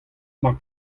mar